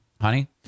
honey